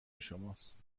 شماست